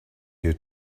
you